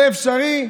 זה אפשרי.